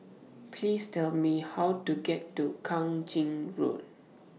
Please Tell Me How to get to Kang Ching Road